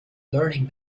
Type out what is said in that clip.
learning